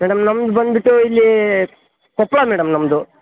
madam ನಮ್ದು ಬಂದುಬಿಟ್ಟು ಇಲ್ಲಿ ಕೊಪ್ಪಳ ಮೇಡಮ್ ನಮ್ಮದು